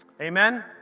Amen